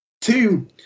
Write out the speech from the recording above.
two